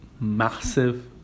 massive